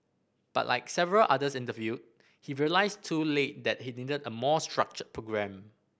but like several others interviewed he realised too late that he needed a more structured programme